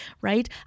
right